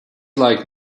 like